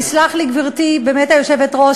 תסלח לי גברתי היושבת-ראש,